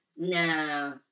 no